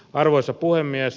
arvoisa puhemies